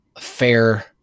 fair